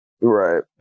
Right